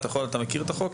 אתה מכיר את החוק?